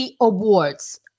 Awards